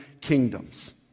kingdoms